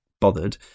bothered